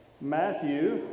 Matthew